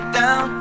down